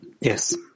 Yes